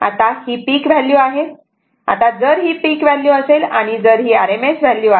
आता ही peak value आहे आता जर ही पिक व्हॅल्यू असेल आणि जर ही RMS व्हॅल्यू आहे